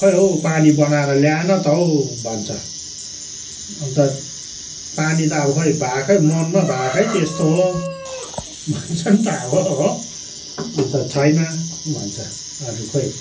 खै हौ पानी बनाएर ल्याएन त हौ भन्छ अन्त पानी त अब खै भाकै मोहनमा भाकै त्यस्तो हो भन्छ नि त अब हो अन्त छैन भन्छ अरू खै